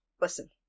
Listen